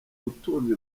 butunzi